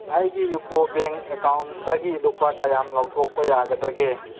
ꯑꯩꯒꯤ ꯌꯨꯀꯣ ꯕꯦꯡ ꯑꯦꯀꯥꯎꯟꯇꯒꯤ ꯂꯨꯄꯥ ꯀꯌꯥꯝ ꯂꯧꯊꯣꯛꯄ ꯌꯥꯒꯗꯒꯦ